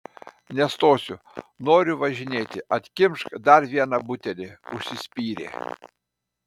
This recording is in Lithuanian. nestosiu noriu važinėti atkimšk dar vieną butelį užsispyrė